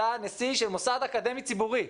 אתה נשיא של מוסד אקדמי ציבורי.